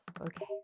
Okay